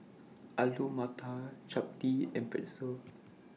Alu Matar Chapati and Pretzel